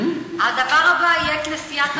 עד הפעם הבאה תהיה כנסיית המולד.